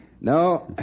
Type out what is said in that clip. No